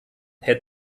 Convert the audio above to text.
herr